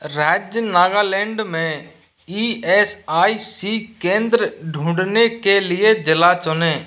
राज्य नागालैंड में E S I C केंद्र ढूँढने के लिए जिला चुनें